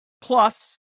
Plus